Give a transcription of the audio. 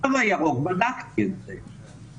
התו הירוק, בדקתי את זה.